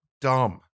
dumb